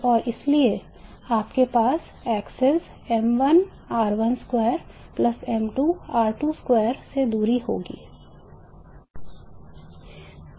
और इसलिए आपके पास axes m1r12 m2r22 से दूरी होगी